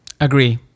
Agree